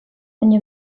baina